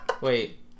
Wait